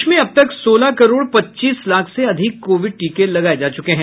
देश में अब तक सोलह करोड़ पच्चीस लाख से अधिक कोविड टीके लगाए जा चुके हैं